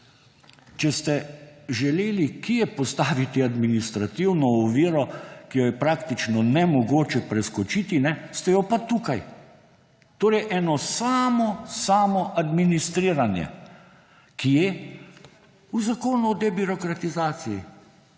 Če ste želeli kje postaviti administrativno oviro, ki jo je praktično nemogoče preskočiti, ste jo tukaj. To je eno samo samo administriranje. Kje? V zakonu o debirokratizaciji.